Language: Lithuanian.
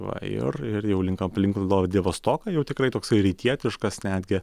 va ir ir jau link aplink vladivostoką jau tikrai toksai rytietiškas netgi